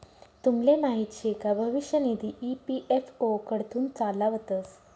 तुमले माहीत शे का भविष्य निधी ई.पी.एफ.ओ कडथून चालावतंस